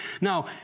now